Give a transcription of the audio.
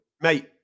mate